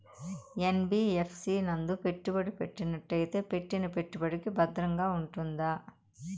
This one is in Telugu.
యన్.బి.యఫ్.సి నందు పెట్టుబడి పెట్టినట్టయితే పెట్టిన పెట్టుబడికి భద్రంగా ఉంటుందా?